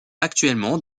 actuellement